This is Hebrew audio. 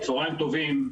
צהריים טובים,